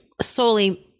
solely